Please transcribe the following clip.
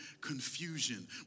confusion